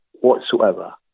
whatsoever